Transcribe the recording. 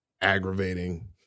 aggravating